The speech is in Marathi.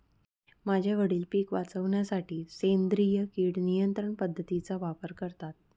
माझे वडील पिक वाचवण्यासाठी सेंद्रिय किड नियंत्रण पद्धतीचा वापर करतात